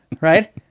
right